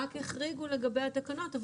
שרק החריגו לגבי התקנות.